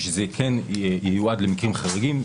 ושזה כן יועד למקרים חריגים.